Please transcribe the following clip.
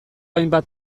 hainbat